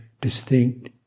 distinct